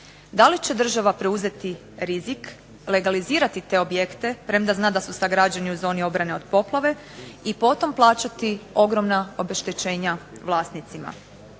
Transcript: Da li će država preuzeti rizik, legalizirati te objekte, premda zna da su sagrađeni u zoni obrane od poplave i potom plaćati ogromna obeštećenja vlasnicima.